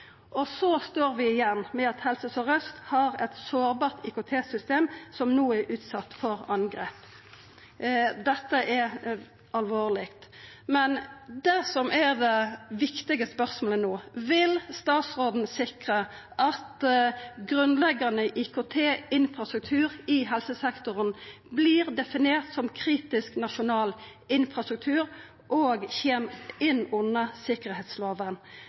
står igjen med eit Helse Sør-Aust som har eit sårbart IKT-system som no er utsett for angrep. Dette er alvorleg. Men det som er det viktige spørsmålet no, er om statsråden vil sikra at grunnleggjande IKT-infrastruktur i helsesektoren vert definert som kritisk nasjonal infrastruktur og kjem inn under sikkerheitsloven.